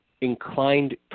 inclined